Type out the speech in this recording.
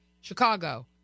Chicago